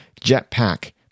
Jetpack